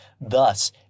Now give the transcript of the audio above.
Thus